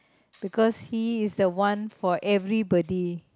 because he is the one for everybody